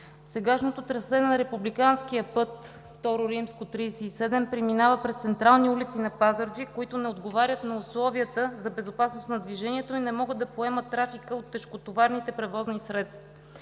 Сегашното трасе на републиканския път II-37 преминава през централни улици на Пазарджик, които не отговарят на условията за безопасност на движението и не могат да поемат трафика от тежкотоварните превозни средства.